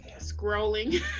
scrolling